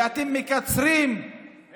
ואתם מקצרים, הוא צודק.